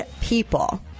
people